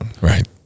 right